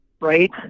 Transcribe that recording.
Right